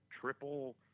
triple